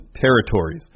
territories